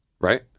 Right